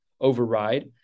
override